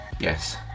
Yes